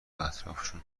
اطرافشون